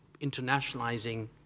internationalizing